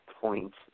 points